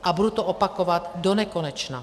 A budu to opakovat donekonečna.